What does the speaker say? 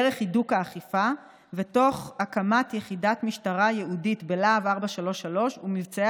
דרך הידוק האכיפה ותוך הקמת יחידת משטרה ייעודית בלהב 433 ומבצעי